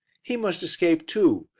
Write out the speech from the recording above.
he must escape too,